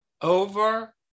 over